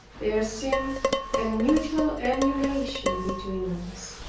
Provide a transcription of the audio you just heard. there seemed a mutual emulation between us,